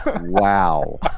Wow